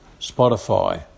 Spotify